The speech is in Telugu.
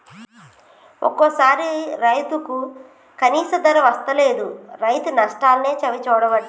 ఒక్కోసారి రైతుకు కనీస ధర వస్తలేదు, రైతు నష్టాలనే చవిచూడబట్టే